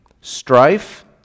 strife